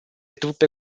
truppe